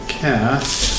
cast